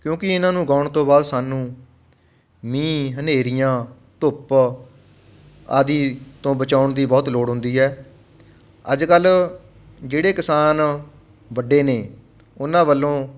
ਕਿਉਂਕਿ ਇਹਨਾਂ ਨੂੰ ਉਗਾਉਣ ਤੋਂ ਬਾਅਦ ਸਾਨੂੰ ਮੀਂਹ ਹਨੇਰੀਆਂ ਧੁੱਪ ਆਦਿ ਤੋਂ ਬਚਾਉਣ ਦੀ ਬਹੁਤ ਲੋੜ ਹੁੰਦੀ ਹੈ ਅੱਜ ਕੱਲ੍ਹ ਜਿਹੜੇ ਕਿਸਾਨ ਵੱਡੇ ਨੇ ਉਹਨਾਂ ਵੱਲੋਂ